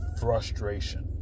frustration